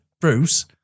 Bruce